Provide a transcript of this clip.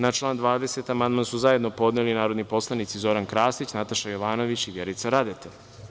Na član 20. amandman su zajedno podneli narodni poslanici Zoran Krasić, Nataša Jovanović i Vjerica Radeta.